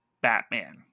Batman